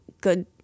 good